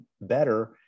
better